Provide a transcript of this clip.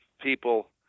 people